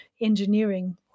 engineering